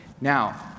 Now